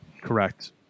Correct